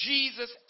Jesus